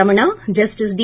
Ramana justice D